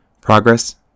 Progress